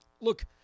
look